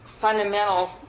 fundamental